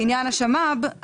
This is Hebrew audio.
לעניין השמ"ב,